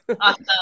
Awesome